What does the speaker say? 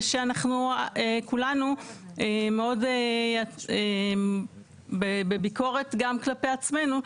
ושאנחנו כולנו מאוד בביקורת גם כלפי עצמנו,